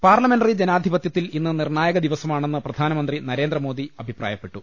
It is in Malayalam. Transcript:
പാർലമെന്റിറി ജനാധിപത്യത്തിൽ ഇന്ന് നിർണായക ദിവസ മാണെന്ന് പ്രധാനമന്ത്രി നരേന്ദ്രമോദി അഭിപ്രായപ്പെട്ടു